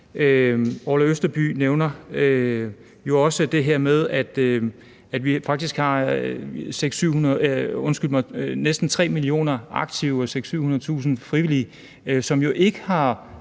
Orla Østerby nævner også det her med, at vi faktisk har næsten 3 millioner aktive og 600.000-700.000 frivillige, som jo ikke har